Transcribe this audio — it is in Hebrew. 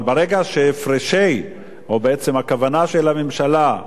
אבל ברגע שהפרשי, או בעצם הכוונה של הממשלה,